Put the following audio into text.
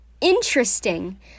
interesting